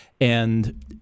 And-